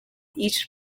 each